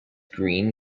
green